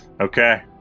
Okay